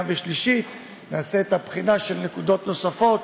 ושלישית נעשה את הבחינה של נקודות נוספות,